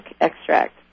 extract